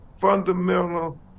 fundamental